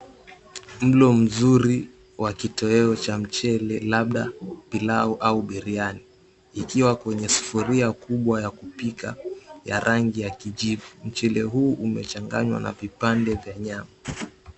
Mlo mzuri wa kitoweo cha mchele labda pilau au biriyani ikiwa kwenye sufuria kubwa ya kupika ya rangi ya kijivu. Mchele huu umechanganywa na vipande vya nyama.